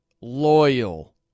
loyal